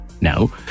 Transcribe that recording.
now